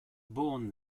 born